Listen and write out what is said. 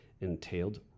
entailed